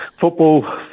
football